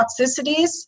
toxicities